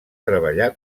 treballar